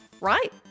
right